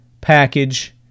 package